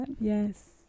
Yes